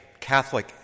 Catholic